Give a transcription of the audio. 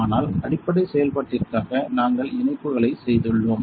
ஆனால் அடிப்படை செயல்பாட்டிற்காக நாங்கள் இணைப்புகளை செய்துள்ளோம்